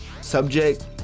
Subject